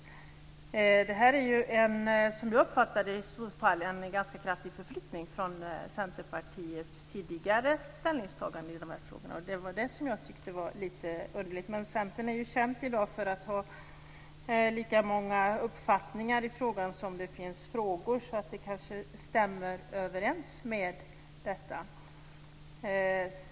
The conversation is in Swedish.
Jag uppfattar att det i så fall är en ganska kraftig förflyttning från Centerpartiets tidigare ställningstagande i dessa frågor. Det var det som jag tyckte var lite underligt. Men Centern är ju i dag känt för att ha lika många uppfattningar i detta sammanhang som det finns frågor, så det kanske stämmer överens med detta.